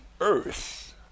earth